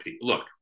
Look